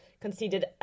conceded